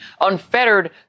unfettered